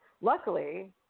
luckily